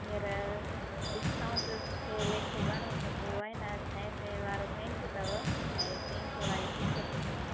हींअर डिस्काउंट जे लेखे घणो त छहें सौ वारो पेन्ट अथव ऐं चईं सौ वारी टी शर्ट अथव